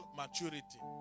maturity